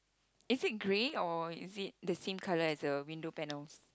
is it green or is it the same color as the window panels